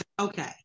Okay